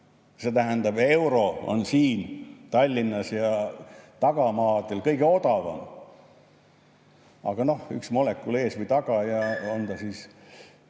See tähendab, et euro on siin Tallinnas ja tagamaadel kõige odavam. Aga noh, üks molekul ees või taga. Rohkem ma ei